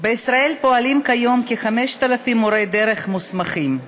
בישראל פועלים כיום כ-5,000 מורי דרך מוסמכים,